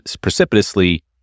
precipitously